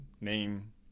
name